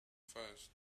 first